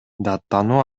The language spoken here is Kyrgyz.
даттануу